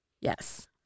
Yes